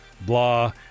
blah